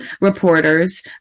reporters